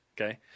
Okay